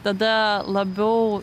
tada labiau